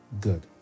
good